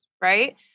right